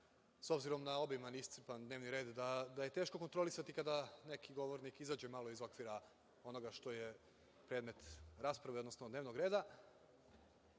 s obzirom na obiman i iscrpan dnevni red, da je teško kontrolisati kada neki govornik izađe malo iz okvira onoga što je predmet rasprave, odnosno dnevnog reda. Jedan